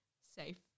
safe